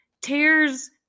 tears